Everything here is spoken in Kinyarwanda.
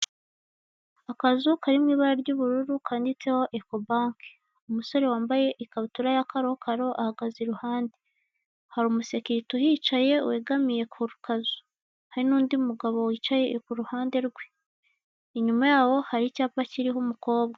Akazu karimo ibara ry'ubururu yanditseho "Ecobank" umusore wambaye ikabutura ya karokaro ahagaze i ruhande, hari umusekirite uhicaye wegamiye ku kazu, hari n'undi mugabo wicaye ku ruhande rwe, inyuma yaho hari icyapa kiriho umukobwa.